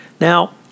Now